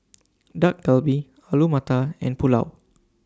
Dak Galbi Alu Matar and Pulao